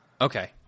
Okay